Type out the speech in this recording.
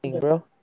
bro